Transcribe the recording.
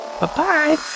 Bye-bye